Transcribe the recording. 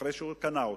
אחרי שקנה אותה,